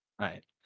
right